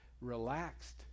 relaxed